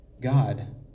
God